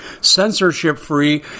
censorship-free